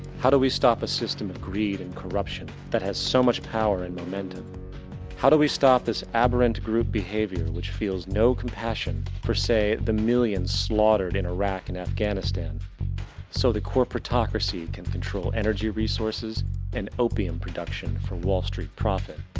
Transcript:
how do we stop a system of greed and corruption, that has so much power and momentum how do we stop this aberrant group behavior, which feels no compassion for say, the millions slaughtered in irak and afghanistan so the corporatacity can control energy resources and opium production for wall st. profit.